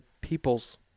people's